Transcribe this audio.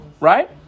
right